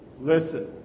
listen